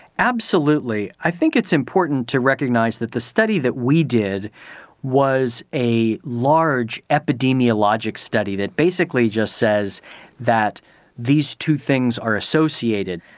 absolutely. i think it's important to recognise that the study that we did was a large epidemiologic study that basically just says that these two things are associated,